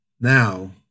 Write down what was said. Now